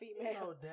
female